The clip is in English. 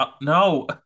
no